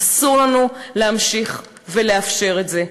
אסור לנו להמשיך ולאפשר את זה.